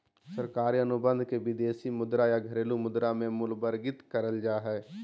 सरकारी अनुबंध के विदेशी मुद्रा या घरेलू मुद्रा मे मूल्यवर्गीत करल जा हय